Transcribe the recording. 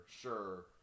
sure